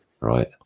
right